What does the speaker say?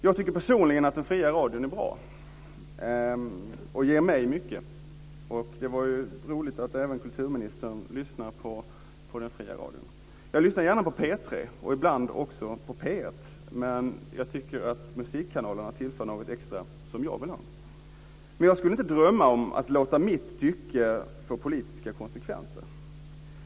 Jag tycker personligen att den fria radion är bra, och den ger mig mycket. Det är roligt att även kulturministern lyssnar på den fria radion. Jag lyssnar gärna på P3 och ibland också på P1, men jag tycker att musikkanalerna tillför något extra som jag vill ha. Jag skulle dock inte drömma om att låta mitt tycke få politiska konsekvenser.